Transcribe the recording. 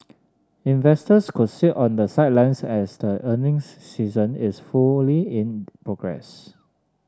investors could sit on the sidelines as the earnings season is fully in progress